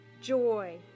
Joy